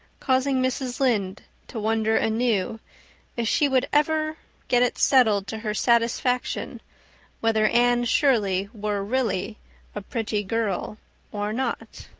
causing mrs. lynde to wonder anew if she would ever get it settled to her satisfaction whether anne shirley were really a pretty girl or not.